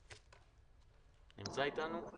נמצא אתנו?